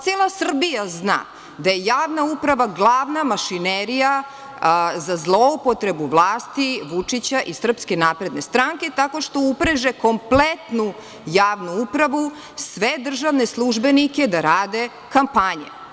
Cela Srbija zna da je javna uprava glavna mašinerija za zloupotrebu vlasti Vučića i SNS, tako što upreže kompletnu javnu upravu, sve državne službenike da rade kampanje.